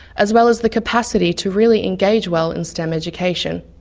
as well as the capacity to really engage well in stem education.